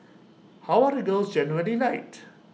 how are the girls generally light